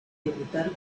debutar